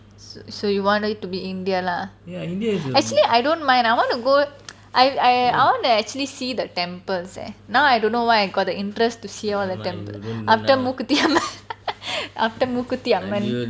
s~ so you want it to be india lah actually I don't mind I want to go I I I want to actually see the temples eh now I don't know why I got the interest to see all the temp~ after Mookuthi அம்மன்:mookuthi amman after Mookuthi அம்மன்:mookuthi amman